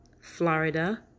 Florida